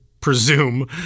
presume